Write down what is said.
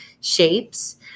shapes